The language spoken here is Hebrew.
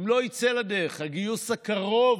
הגיוס הקרוב,